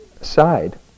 side